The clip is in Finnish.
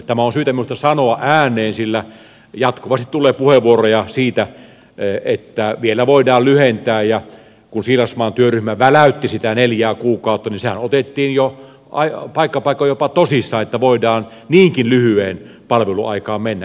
tämä on syytä minusta sanoa ääneen sillä jatkuvasti tulee puheenvuoroja siitä että vielä voidaan lyhentää ja kun siilasmaan työryhmä väläytti sitä neljää kuukautta niin sehän otettiin jo paikka paikoin jopa tosissaan että voidaan niinkin lyhyeen palveluaikaan mennä